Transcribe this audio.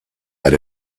had